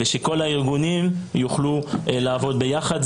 מספר טלפון אחד וכל הארגונים יוכלו לעבוד יחד.